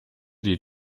die